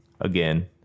again